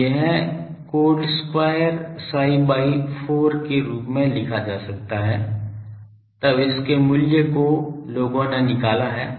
तो यह cot square psi by 4 के रूप में लिखा जा सकता है तब इसके मूल्य को लोगों ने निकाला है